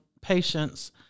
patients